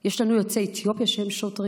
יש לנו יוצאי אתיופיה שהם שוטרים,